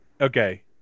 Okay